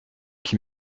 qui